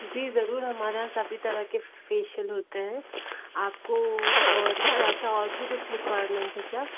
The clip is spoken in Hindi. जी ज़रूर हमारा सभी तरह के फ़ेशियल होते हैं आपको और क्या क्या और भी कुछ रिक्वायरमेंट है क्या